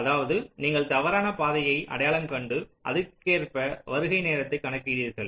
அதாவது நீங்கள் தவறான பாதையை அடையாளம் கண்டு அதற்கேற்ப வருகை நேரத்தை கணக்கிடுகிறீர்கள்